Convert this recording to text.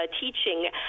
teaching